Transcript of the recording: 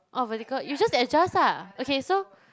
oh vertical you just adjust lah okay so